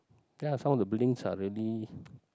then I found the blinks are already